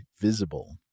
Visible